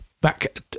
back